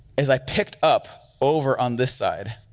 is i picked up over on this side,